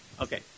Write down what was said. Okay